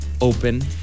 open